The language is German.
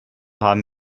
haben